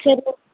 சரி ஓகே